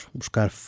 buscar